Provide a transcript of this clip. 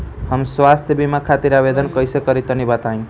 हम स्वास्थ्य बीमा खातिर आवेदन कइसे करि तनि बताई?